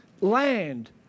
land